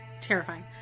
terrifying